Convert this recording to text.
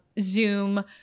Zoom